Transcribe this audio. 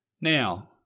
Now